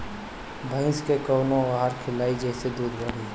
भइस के कवन आहार खिलाई जेसे दूध बढ़ी?